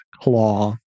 claw